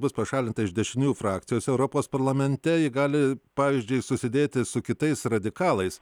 bus pašalinta iš dešiniųjų frakcijos europos parlamente ji gali pavyzdžiui susidėti su kitais radikalais